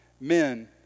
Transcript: men